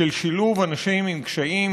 של שילוב אנשים עם קשיים,